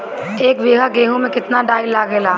एक बीगहा गेहूं में केतना डाई लागेला?